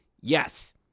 Yes